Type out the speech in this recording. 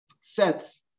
sets